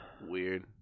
Weird